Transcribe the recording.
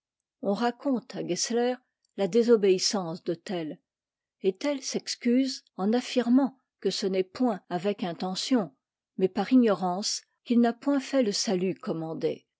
on raconte à gessler la désobéissance de tell et tell s'excuse en affirmant que ce n'est point avec intention mais par ignorance qu'il n'a point fait le salut commandé